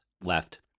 left